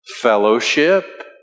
fellowship